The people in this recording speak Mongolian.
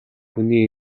хүний